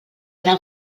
eren